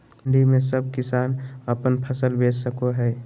मंडी में सब किसान अपन फसल बेच सको है?